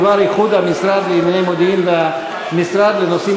בדבר איחוד המשרד לענייני מודיעין והמשרד לנושאים